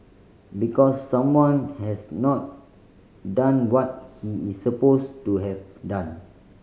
because someone has not done what he is supposed to have done